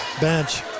bench